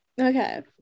Okay